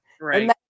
right